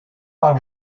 par